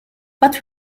but